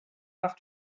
par